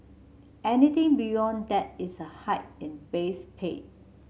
anything beyond that is a hike in base pay